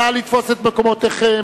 נא לתפוס את מקומותיכם.